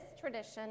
tradition